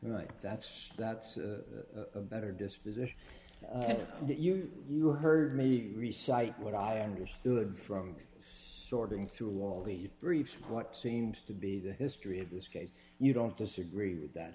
twamley that's that's a better disposition that you you heard me reciting what i understood from sorting through all the briefs what seems to be the history of this case you don't disagree with that